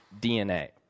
DNA